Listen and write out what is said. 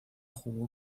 jugó